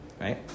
right